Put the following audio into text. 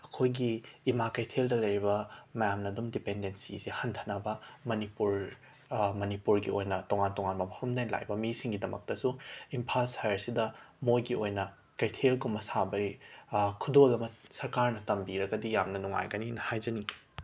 ꯑꯩꯈꯣꯏꯒꯤ ꯏꯃꯥ ꯀꯩꯊꯦꯜꯗ ꯂꯩꯔꯤꯕ ꯃꯌꯥꯝꯅ ꯑꯗꯨꯝ ꯗꯤꯄꯦꯟꯗꯦꯟꯁꯤꯁꯦ ꯍꯟꯊꯅꯕ ꯃꯅꯤꯄꯨꯔ ꯃꯅꯤꯄꯨꯔꯒꯤ ꯑꯣꯏꯅ ꯇꯣꯉꯥꯟ ꯇꯣꯉꯥꯟꯕ ꯃꯐꯝꯗꯒꯤ ꯂꯥꯛꯏꯕ ꯃꯤꯁꯤꯡꯒꯤꯗꯃꯛꯇꯁꯨ ꯏꯝꯐꯥꯜ ꯁꯍꯔꯁꯤꯗ ꯃꯣꯏꯒꯤ ꯑꯣꯏꯅ ꯀꯩꯊꯦꯜꯒꯨꯝꯕ ꯁꯥꯕꯒꯤ ꯈꯨꯗꯣꯜ ꯑꯃ ꯁꯔꯀꯥꯔꯅ ꯇꯝꯕꯤꯔꯒꯗꯤ ꯌꯥꯝꯅ ꯅꯨꯡꯉꯥꯏꯒꯅꯤꯅ ꯍꯥꯏꯖꯅꯤꯡꯏ